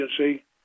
agency